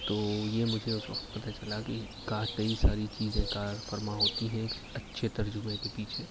تو یہ مجھے اس وقت پتا چلا کہ کئی ساری چیزیں کارفرما ہوتی ہیں ایک اچھے ترجمے کے پیچھے